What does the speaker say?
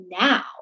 now